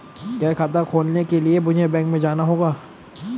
क्या खाता खोलने के लिए मुझे बैंक में जाना होगा?